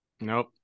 Nope